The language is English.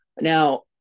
Now